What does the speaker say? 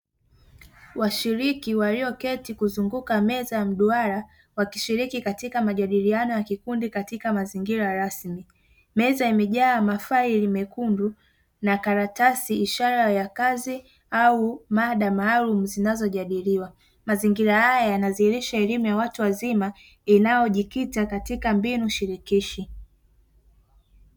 Washiriki walioketi kuzunguka meza ya mduara wakishiriki katika majadiliano ya kikundi katika mazingira rasmi. Meza imejaa mafaili mekundu na karatasi ishara ya kazi au mada maalumu zinazojadiliwa. Mazingira haya yanadhihirisha elimu ya watu wazima inayojikita katika mbinu shirikishi.